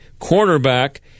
cornerback